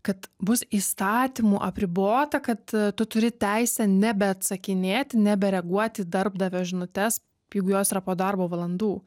kad bus įstatymu apribota kad tu turi teisę nebeatsakinėti nebereaguoti į darbdavio žinutes jeigu jos yra po darbo valandų